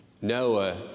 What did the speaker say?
Noah